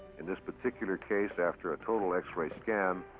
in this particular case, after a total x-ray scan,